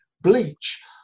bleach